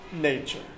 nature